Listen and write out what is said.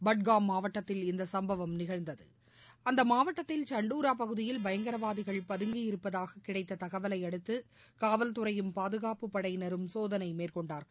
பட்காம் மாவட்டத்தில் இந்த சும்பவம் நிகழ்ந்தது அந்த மாவட்டத்தில் சண்டுரா பகுதியில் பயங்கரவாதிகள் பதங்கியிருப்பதாக கிடைத்த தகவலையடுத்து காவல்துறையும் பாதுகாப்பு படையினரும் சோதனை மேற்கொண்டார்கள்